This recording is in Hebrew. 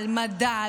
על מדע,